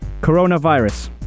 Coronavirus